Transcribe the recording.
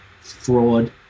fraud